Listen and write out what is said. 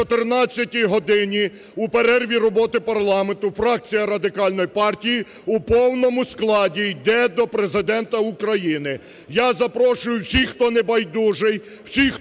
о 14-й годині, у перерві роботи парламенту, фракція Радикальної партії в повному складі йде до Президента України. Я запрошую всіх, хто небайдужий, всіх, хто готовий